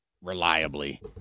reliably